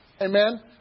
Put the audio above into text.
Amen